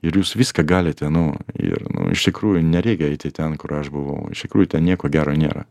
ir jūs viską galite nu ir nu iš tikrųjų nereikia eiti ten kur aš buvau iš tikrųjų ten nieko gero nėra